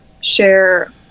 share